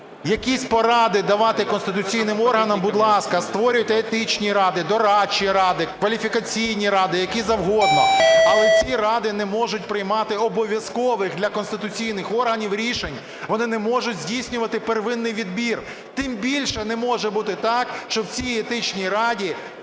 якісь поради давати конституційним органам, будь ласка, створюйте етичні ради, дорадчі ради, кваліфікаційні ради, які завгодно, але ці ради не можуть приймати обов'язкових для конституційних органів рішень, вони не можуть здійснювати первинний відбір. Тим більше, не може бути так, що в цій Етичній раді,